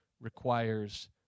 requires